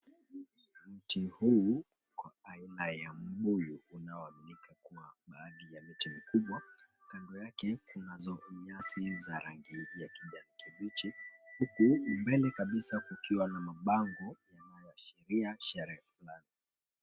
Mti huu wa aina ya mbuyu unaoaminika kuwa baadhi ya miti mikubwa, kando yake kuna nyasi za rangi ya kijani kibichi huku mbele kabisa kukiwa na mabango yanayoashiria sherehe flani.